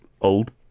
old